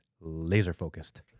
laser-focused